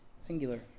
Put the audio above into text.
singular